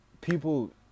people